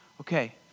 okay